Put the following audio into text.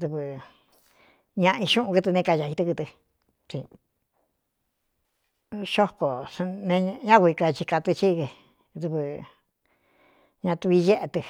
dɨvɨ ñaꞌa i xúꞌun kɨtɨ ne kaā i tɨ kɨtɨ xópóne ñá kui kachi ka tɨ chí kɨ dɨvɨ ña tui éꞌe tɨ.